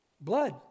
Blood